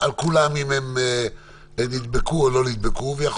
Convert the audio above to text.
אם כולם נדבקו או לא, וגם